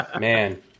Man